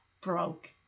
broke